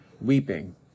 weeping